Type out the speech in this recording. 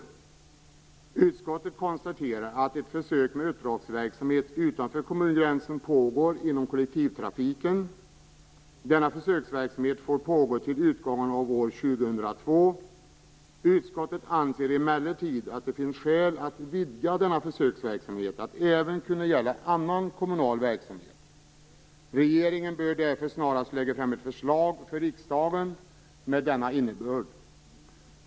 Utskottet konstaterar att ett försök med uppdragsverksamhet utanför kommungränsen pågår inom kollektivtrafiken. Denna försöksverksamhet får pågå till utgången av år 2002. Utskottet anser emellertid att det finns skäl att vidga denna försöksverksamhet till att även gälla annan kommunal verksamhet. Regeringen bör därför snarast lägga fram ett förslag för riksdagen med denna innebörd.